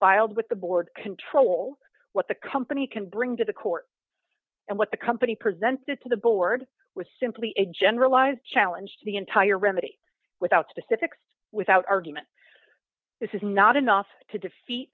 filed with the board control what the company can bring to the court and what the company presented to the board was simply a generalized challenge to the entire remedy without specifics without argument this is not enough to defeat